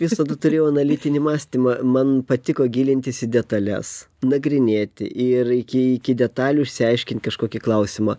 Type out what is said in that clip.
visada turėjau analitinį mąstymą man patiko gilintis į detales nagrinėti ir iki iki detalių išsiaiškint kažkokį klausimą